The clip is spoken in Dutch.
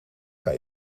kan